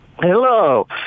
Hello